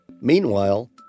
Meanwhile